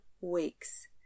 weeks